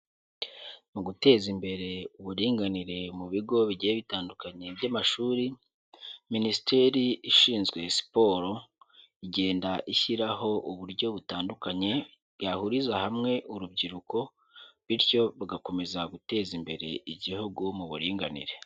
Mu guteza imbere uburinganire mu bigo bigiye bitandukanye by'amashuri, minisiteri ishinzwe siporo, igenda ishyiraho uburyo butandukanye bwahuriza hamwe urubyiruko, bityo rugakomeza guteza imbere igihugu mu buringanire.